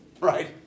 right